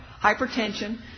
hypertension